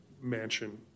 mansion